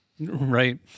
Right